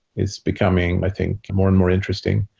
it's becoming i think more and more interesting.